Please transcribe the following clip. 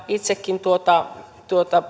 itsekin